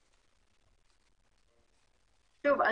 שוב,